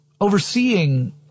overseeing